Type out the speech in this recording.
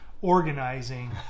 organizing